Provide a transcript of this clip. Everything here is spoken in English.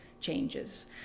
changes